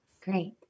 Great